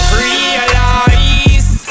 realize